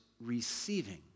receiving